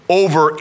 over